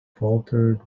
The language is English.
faltered